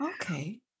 Okay